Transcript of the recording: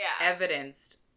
evidenced